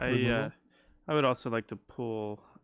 ah yeah i would also like to pull,